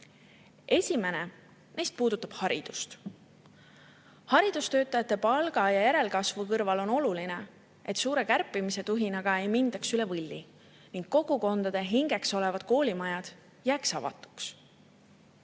Esimene neist puudutab haridust. Haridustöötajate palga ja järelkasvu kõrval on oluline, et suures kärpimise tuhinas ei mindaks üle võlli ning kogukondade hingeks olevad koolimajad jääks avatuks.